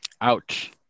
Ouch